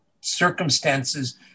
circumstances